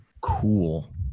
cool